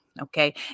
okay